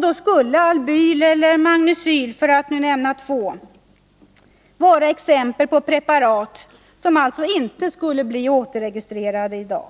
Då skulle Albyl eller Magnecyl, för att nämna två exempel, med all sannolikhet inte bli återregistrerade.